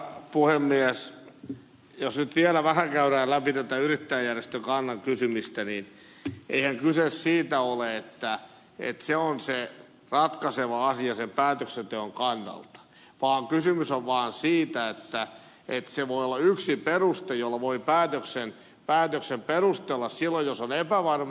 jos nyt vielä vähän käydään läpi tätä yrittäjäjärjestön kannan kysymistä niin eihän kyse siitä ole että se on se ratkaiseva asia sen päätöksenteon kannalta vaan kysymys on vaan siitä että se voi olla yksi peruste jolla voi päätöksen perustella silloin jos on epävarma